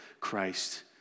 Christ